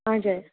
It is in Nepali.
हजुर